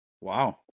Wow